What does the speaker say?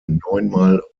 neunmal